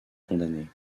condamnés